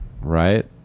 right